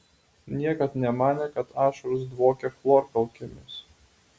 niekad nemanė kad ašaros dvokia chlorkalkėmis